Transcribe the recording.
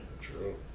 True